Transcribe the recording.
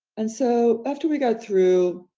and so after we got through,